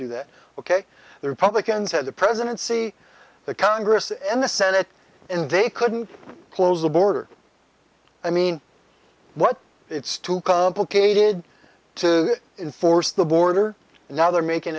do that ok the republicans had the presidency the congress and the senate and they couldn't close the border i mean what it's too complicated to enforce the border and now they're making